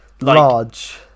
Large